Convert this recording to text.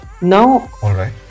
Now